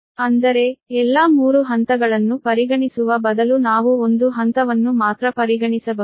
ಅಂದರೆ ಎಲ್ಲಾ 3 ಹಂತಗಳನ್ನು ಪರಿಗಣಿಸುವ ಬದಲು ನಾವು ಒಂದು ಹಂತವನ್ನು ಮಾತ್ರ ಪರಿಗಣಿಸಬಹುದು